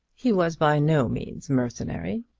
he was by no means mercenary.